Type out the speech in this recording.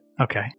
okay